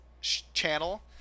channel